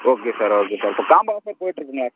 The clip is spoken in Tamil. ஓகே சார் ஓகே சார் இப்போ காம்போ தான் சார் போயிகிட்ருக்குங்க